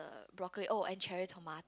broccoli oh and cherry toma~